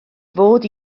fod